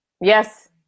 Yes